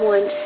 One